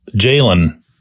Jalen